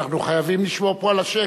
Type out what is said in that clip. אנחנו חייבים לשמור פה על השקט.